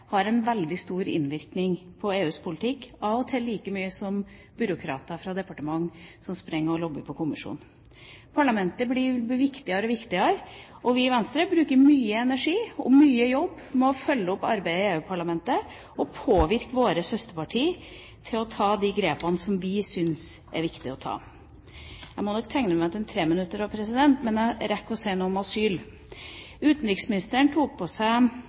har en veldig stor innvirkning på EUs politikk – av og til like mye som byråkrater fra departementer som springer og lobber overfor kommisjonen. Parlamentet blir viktigere og viktigere, og vi i Venstre bruker mye energi, og mye jobb, på å følge opp arbeidet i EU-parlamentet og påvirke våre søsterpartier til å ta de grepene som vi syns er viktige å ta. Jeg må nok tegne meg til en treminutter også, president, men jeg rekker å si noe om asyl: Utenriksministeren